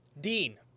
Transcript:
Dean